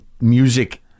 music